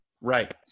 Right